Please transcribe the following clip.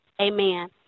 amen